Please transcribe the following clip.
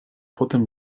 potem